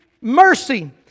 mercy